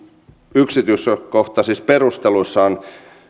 yksityiskohtaisissa perusteluissa on